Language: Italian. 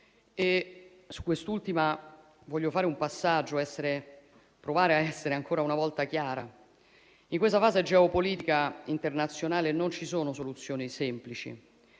Su quest'ultima vorrei fare un passaggio e provare a essere ancora una volta chiara. In questa fase geopolitica internazionale non ci sono soluzioni semplici.